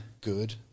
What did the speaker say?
good